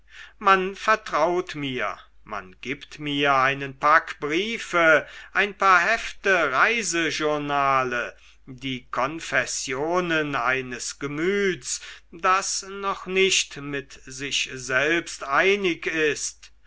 man vertraut mir man gibt mir einen pack briefe ein paar hefte reisejournale die konfessionen eines gemüts das noch nicht mit sich selbst einig ist